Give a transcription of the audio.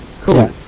Cool